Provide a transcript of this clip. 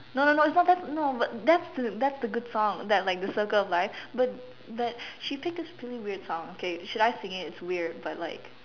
no no no its not that no but thats the thats the good song that like the circle of life but but she picked the really weird song should I sing it its weird like